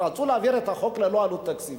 רצו להעביר את החוק ללא עלות תקציבית.